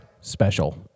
special